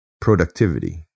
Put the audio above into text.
Productivity